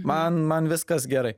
man man viskas gerai